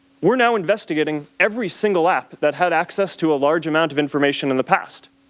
we are now investigating every single app that had access to a large amount of information in the past.